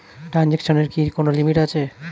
ট্রানজেকশনের কি কোন লিমিট আছে?